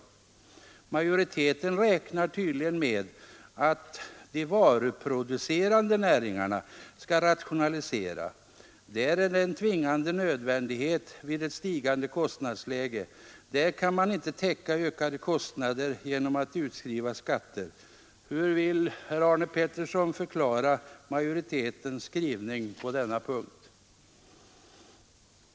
Majoriteten räknar tydligen med att ”de varuproducerande näringarna” skall rationalisera. Det är en tvingande nödvändighet vid ett stigande kostnadsläge. Där kan man inte täcka ökade kostnader genom att utskriva skatter. Hur vill herr Arne Pettersson förklara majoritetens skrivning på denna punkt?